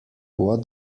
what